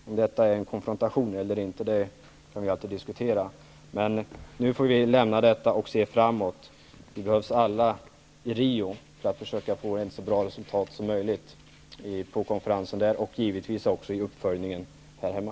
Om detta är en konfrontation eller inte kan vi alltid diskutera. Men nu får vi lämna detta och se framåt. Vi behövs alla i Rio för att försöka få ett så bra resultat som möjligt på konferensen och givetvis också vid uppföljningen här hemma.